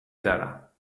دارم